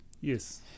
Yes